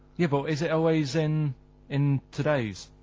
you know is it always in in today's.